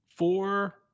four